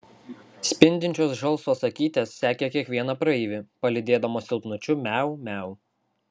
spindinčios žalsvos akytės sekė kiekvieną praeivį palydėdamos silpnučiu miau miau